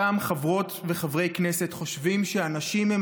אותם חברות וחברי כנסת חושבים שאנשים הם